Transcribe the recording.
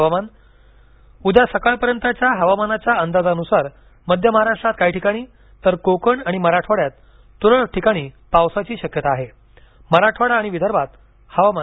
हवामान उद्या सकाळपर्यंतच्या हवामानाच्या अंदाजानुसार मध्य महाराष्ट्रात काही ठिकाणी तर कोकण आणि मराठवाङ्यात तुरळक ठिकाणी पावसाची शक्यता आहेमराठवाडा आणि विदर्भात हवामान